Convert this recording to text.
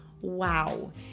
wow